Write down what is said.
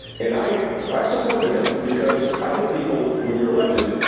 and i i supported him because i think people, when you're elected,